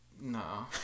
No